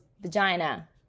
vagina